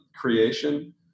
creation